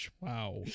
Wow